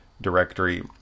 directory